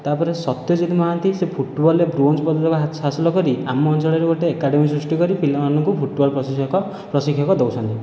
ତାପରେ ସତ୍ୟଜିତ ମହାନ୍ତି ସେ ଫୁଟବଲରେ ବ୍ରୋଞ୍ଜ ପଦକ ହାସଲ କରି ଆମ ଅଞ୍ଚଳରେ ଗୋଟିଏ ଏକାଡ଼େମି ସୃଷ୍ଟି କରି ପିଲାମାନଙ୍କୁ ଫୁଟବଲ୍ ପ୍ରଶିକ୍ଷକ ପ୍ରଶିକ୍ଷକ ଦେଉଛନ୍ତି